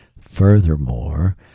Furthermore